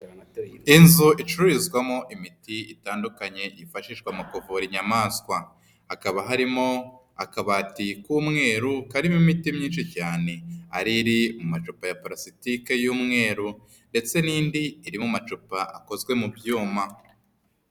Inzu icururizwamo imiti itandukanye yifashishwa mu kuvura inyamaswa. Hakaba harimo akabati k'umweru karimo imiti myinshi cyane. Ari iri mu macupa ya purasitike y'umweru ndetse n'indi irimo amacupa akozwe mu byuma.